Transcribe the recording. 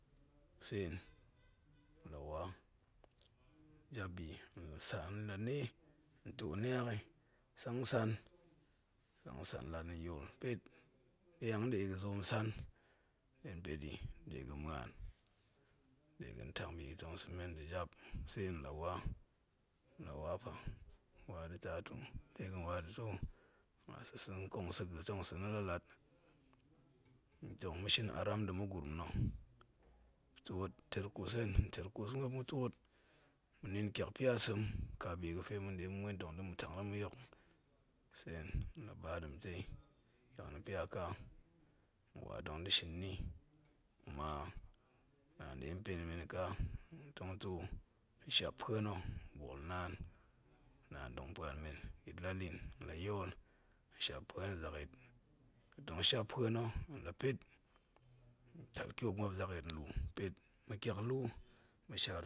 nla wa jap bi nsanni ntoo mak i, sang san, la sang san lat hen yol pet die hanggəde gə zoom nsan 2e hen peti de gəən muan degəən tang bi gə tong sə men cat sai hen lə wa hen lə wa pa, ba də tatong, hen la sə sə nkong sə gə tong sə nə, la sə sə la lat, mə tong mə shin ara'm ndə mə guram nə mətuot, ter kus hen, hen ter kus ni, mə ter mə tuot mə nəən tiakpia sem ka bi gə fe mə nde tong mə musa mə nde tong mə muen tong də mə tang mə yokni sen, nla ba demtei tiak nə pia ka nwa tong də shin ni, naan den pen men ni ka, kafin mə too hen shiap pue nə hen bolnaan, naan tong puan men bit lə liin hen lə yol hen shiap pue nə zakyit, tong shiap pue nə la pet hen tal tiop muop zakyit, pet mə tiaklu'u.